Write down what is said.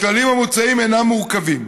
הכללים המוצעים אינם מורכבים,